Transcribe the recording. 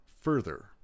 further